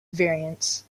variants